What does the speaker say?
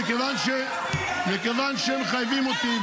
מכיוון שמחייבים אותי,